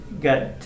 got